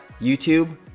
YouTube